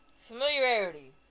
familiarity